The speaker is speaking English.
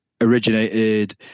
originated